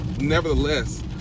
nevertheless